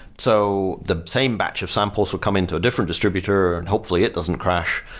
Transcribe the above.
so the same batch of samples would come into a different distributor and hopefully it doesn't crash,